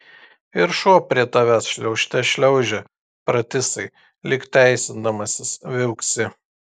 ir šuo prie tavęs šliaužte šliaužia pratisai lyg teisindamasis viauksi